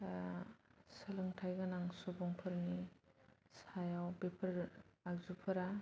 सोलोंथाइ गोनां सुबुंफोरनि सायाव बेफोर आगजुफोरा